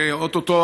או-טו-טו,